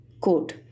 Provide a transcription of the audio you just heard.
Quote